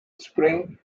spring